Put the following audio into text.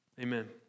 Amen